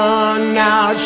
Now